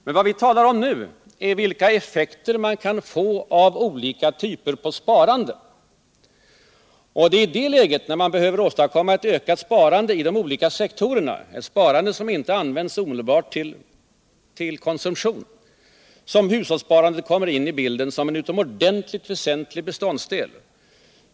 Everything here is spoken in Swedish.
Men vad vi talar om nu är vilka effekter man kan få av olika typer av sparande. Det är när man behöver åstadkomma ett ökat sparande i de olika sektorerna, ett sparande som inte omedelban används till konsumtion, som hushållssparandet kommer in i bilden som en utomordentligt väsentlig beståndsdel.